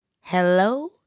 Hello